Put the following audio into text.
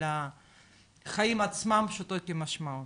על החיים עצמם פשוטו כמשמעו.